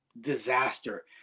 disaster